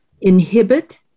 inhibit